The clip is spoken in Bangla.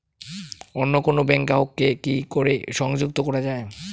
অন্য কোনো ব্যাংক গ্রাহক কে কি করে সংযুক্ত করা য়ায়?